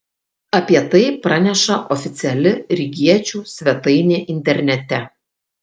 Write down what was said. apie tai praneša oficiali rygiečių svetainė internete